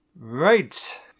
Right